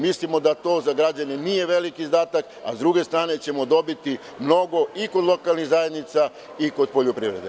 Mislimo da to za građane nije veliki izdatak, a sa druge strane ćemo dobiti mnogo, i kod lokalnih zajednica i kod poljoprivrede.